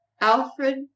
Alfred